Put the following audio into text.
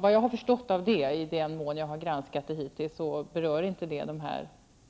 Vad jag har förstått av det -- i den mån jag har granskat det hittills -- så berör det inte dessa